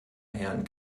herrn